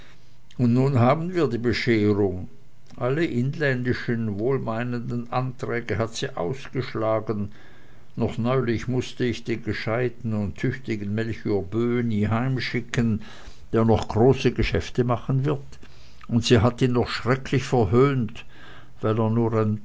und nun haben wir die bescherung alle inländischen wohlmeinenden anträge hat sie ausgeschlagen noch neulich mußte ich den gescheiten und tüchtigen melchior böhni heimschicken der noch große geschäfte machen wird und sie hat ihn noch schrecklich verhöhnt weil er nur